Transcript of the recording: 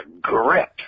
grip